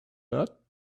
but